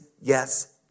yes